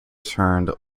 turned